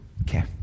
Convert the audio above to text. Okay